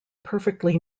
perfectly